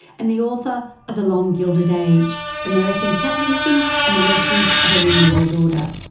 and the author of the long gilded age american capitalism and the lessons of a new world order.